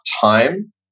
time